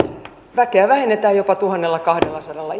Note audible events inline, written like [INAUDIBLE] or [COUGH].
väkeä vähennetään jopa tuhannellakahdellasadalla [UNINTELLIGIBLE]